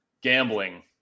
Gambling